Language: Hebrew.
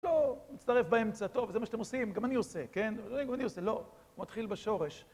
הוא מצטרף באמצע, טוב, זה מה שאתם עושים, גם אני עושה, כן? גם אני עושה, לא, הוא מתחיל בשורש.